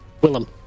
Willem